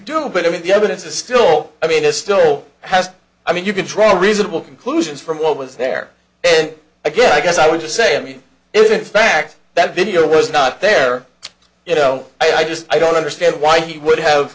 do but i mean the evidence is still i mean it still has i mean you can draw reasonable conclusions from what was there and i guess i guess i would just say i mean if in fact that video was not there you know i just i don't understand why he would have